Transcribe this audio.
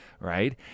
right